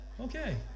okay